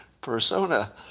persona